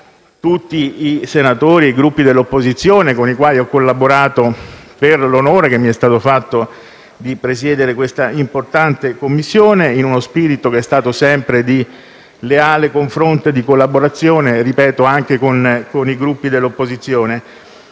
tutti i senatori e i Gruppi dell'opposizione, con i quali ho collaborato, per l'onore che mi è stata fatto di presiedere questa importante Commissione, in uno spirito che è stato sempre di leale confronto e di collaborazione - ripeto - anche con i Gruppi dell'opposizione.